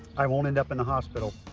i won't end up in the hospital?